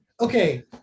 Okay